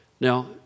Now